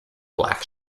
black